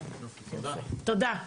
תודה.